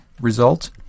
result